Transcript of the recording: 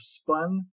spun